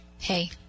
Hey